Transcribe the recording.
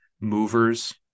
movers